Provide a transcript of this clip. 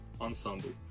ensemble